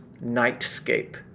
nightscape